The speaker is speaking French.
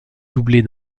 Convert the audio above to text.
doublé